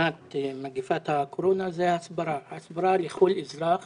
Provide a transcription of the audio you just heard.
ולבלימת מגפת הקורונה זה ההסברה, הסברה לכל אזרח